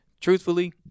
truthfully